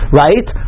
right